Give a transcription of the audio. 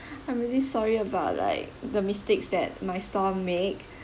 I'm really sorry about like the mistakes that my store make